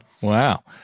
Wow